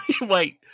wait